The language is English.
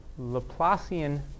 Laplacian